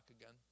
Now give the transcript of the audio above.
again